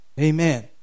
Amen